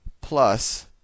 plus